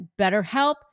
BetterHelp